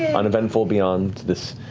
uneventful beyond this